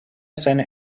seine